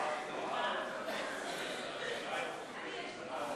ההסתייגויות לסעיף